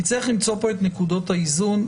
נצטרך למצוא את נקודות האיזון,